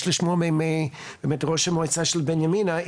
לשמוע באמת מראש המועצה של בנימינה,